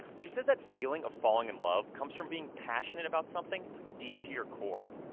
she says that feeling of falling in love comes from being passionate about something deep to your core,